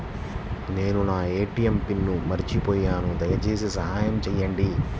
నేను నా ATM pin మర్చిపోయాను దయచేసి సహాయం చేయండి